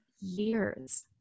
years